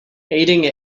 aiding